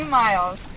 miles